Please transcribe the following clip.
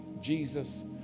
jesus